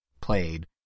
played